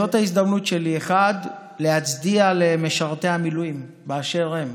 זו ההזדמנות שלי להצדיע למשרתי המילואים באשר הם,